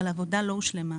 אבל העבודה לא הושלמה.